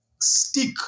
stick